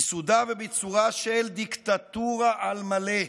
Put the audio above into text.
ייסודה וביצורה של דיקטטורה על מלא.